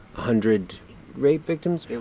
hundred rape victims?